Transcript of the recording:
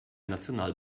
national